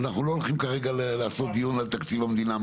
ואנחנו לא מנהלים כרגע דיון מלא על תקציב המדינה.